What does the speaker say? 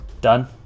Done